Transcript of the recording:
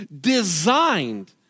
designed